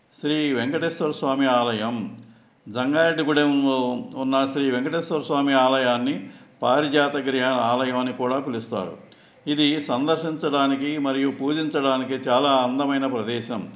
శ్రీ వెంకటేశ్వర స్వామి ఆలయం జంగారెడ్డిగూడెంలో ఉన్న శ్రీ వేంకటేశ్వర స్వామి ఆలయాన్ని పారిజాత గిరి ఆలయం అని కూడా పిలుస్తారు ఇది సందర్శించడానికి మరియు పూజించడానికి చాలా అందమైన ప్రదేశం